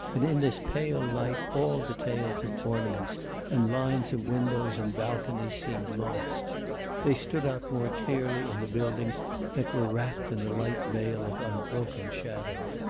and in this pale light all details of ornaments and lines of windows and balconies seemed lost they stood out more clearly in the buildings that were wrapped in a light veil of unbroken shadow.